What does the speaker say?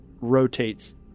rotates